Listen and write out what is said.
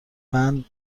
بند